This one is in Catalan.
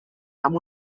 amb